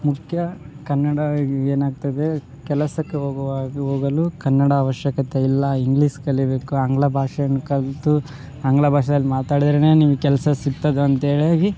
ಮುಖ್ಯ ಕನ್ನಡ ಏನಾಗ್ತದೆ ಕೆಲಸಕ್ಕೆ ಹೋಗುವಾಗ್ ಹೋಗಲು ಕನ್ನಡ ಅವಶ್ಯಕತೆ ಇಲ್ಲ ಇಂಗ್ಲೀಸ್ ಕಲಿಬೇಕು ಆಂಗ್ಲ ಭಾಷೆಯನ್ ಕಲಿತು ಆಂಗ್ಲ ಭಾಷೆಯಲ್ ಮಾತಾಡಿದ್ರೆನೇ ನಿಂಗೆ ಕೆಲಸ ಸಿಗ್ತದೆ ಅಂತೇಳೆಗಿ